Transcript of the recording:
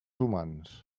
humans